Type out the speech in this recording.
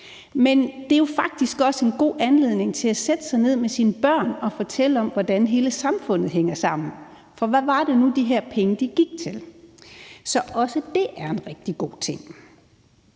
men det er jo faktisk også en god anledning til at sætte sig ned med sine børn og fortælle om, hvordan hele samfundet hænger sammen. For hvad var det nu, de her penge gik til? Så også det er en rigtig god ting.